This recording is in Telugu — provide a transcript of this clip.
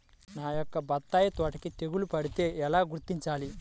నా యొక్క బత్తాయి తోటకి తెగులు పడితే ఎలా గుర్తించాలి?